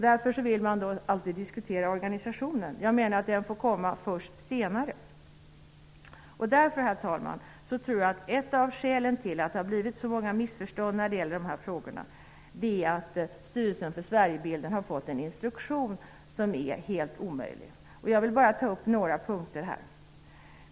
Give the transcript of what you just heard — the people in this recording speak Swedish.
Då vill man alltid diskutera organisationen. Jag menar att den diskussionen bör komma först senare. Jag tror därför, herr talman, att ett av skälen till att det har blivit så många missförstånd i dessa frågor är att Styrelsen för Sverigebilden har fått en helt omöjlig instruktion. Jag vill här ta upp bara några punkter.